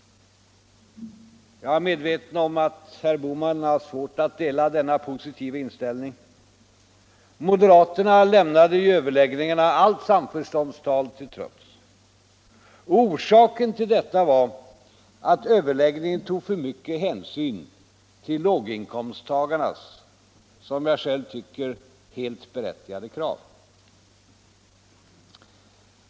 Jag är medveten om att herr Bohman har svårt att dela denna positiva inställning till överenskommelsen. Moderaterna lämnade ju överläggningarna, allt samförståndstal till trots. Och orsaken till detta var att överläggningen tog för mycket hänsyn till låginkomsttagarnas, som jag själv tycker, helt berättigade krav.